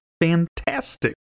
Fantastic